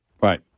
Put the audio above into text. Right